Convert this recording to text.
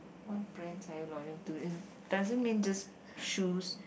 what brands are you loyal to it doesn't mean just shoes